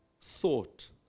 thought